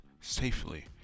safely